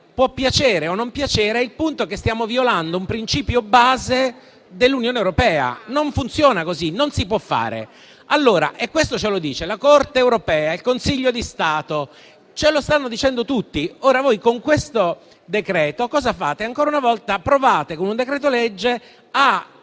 può piacere o non piacere, ma il punto è che stiamo violando un principio base dell'Unione europea. Non funziona così. Non si può fare. Questo ce lo dicono la Corte europea, il Consiglio di Stato, ce lo stanno dicendo tutti. Voi, con questo decreto, ancora una volta, approvate, con un decreto-legge,